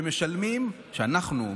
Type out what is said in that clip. שאנחנו,